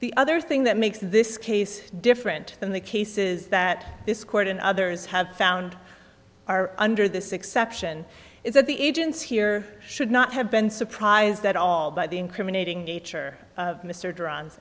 the other thing that makes this case different than the cases that this court and others have found are under this exception is that the agents here should not have been surprised at all by the incriminating nature of mr